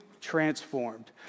transformed